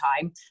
time